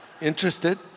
interested